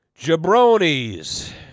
Jabroni's